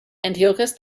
antiochus